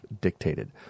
dictated